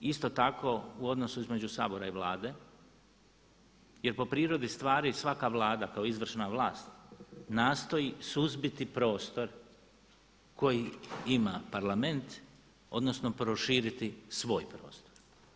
Isto tako u odnosu između Sabora i Vlade jer po prirodi stvari svaka Vlada kao izvršna vlast nastoji suzbiti prostor koji ima Parlament odnosno proširiti svoj prostor.